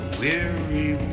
weary